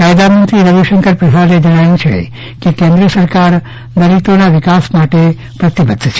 કાયદામંત્રી રવિશંકર પ્રસાદે જણાવ્યું છે કે કેન્દ્ર સરકાર દલિતોના વિકાસ માટે પ્રતિબદ્વ છે